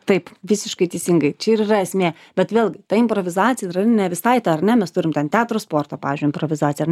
taip visiškai teisingai čia ir yra esmė bet vėlgi ta improvizacija yra ne visai ta ar ne mes turim ten teatro sporto pavyzdžiui improvizaciją ar